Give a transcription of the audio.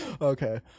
Okay